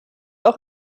auch